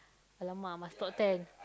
!alamak! must top ten